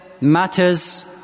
matters